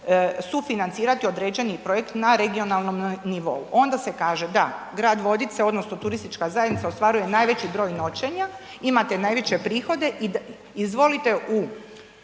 sufinancirati određeni projekt na regionalnom nivou. Onda se kaže da, grad Vodice odnosno turistička zajednica ostvaruje najveći broj noćenja, imate najveće prihode i izvolite u